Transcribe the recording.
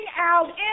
out